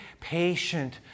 patient